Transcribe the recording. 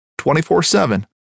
24-7